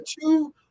two